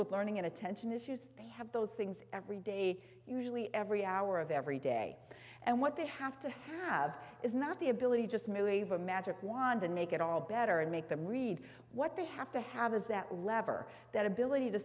with learning and attention issues they have those things every day usually every hour of every day and what they have to have is not the ability just move of a magic wand and make it all better and make them read what they have to have is that lever that ability to